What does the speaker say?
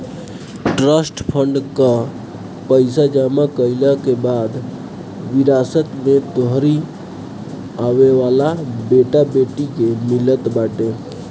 trust fund कअ पईसा जमा कईला के बाद विरासत में तोहरी आवेवाला बेटा बेटी के मिलत बाटे